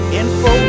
info